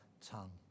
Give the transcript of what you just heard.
Tongue